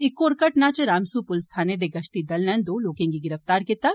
इक होर घटना इच रामसूह पुलस थाने दे गश्ती दल नै दो लोकें गी गिरफ्तार कीता ऐ